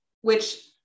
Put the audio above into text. which-